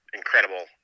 incredible